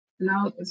Now